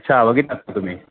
अच्छा वघितलात का तुम्ही